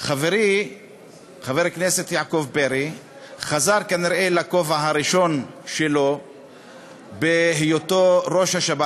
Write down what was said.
חברי חבר הכנסת יעקב פרי חזר כנראה לכובע הראשון שלו בהיותו ראש השב"כ,